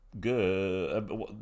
good